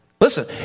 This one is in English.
Listen